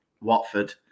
Watford